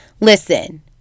listen